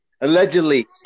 Allegedly